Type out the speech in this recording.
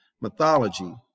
mythology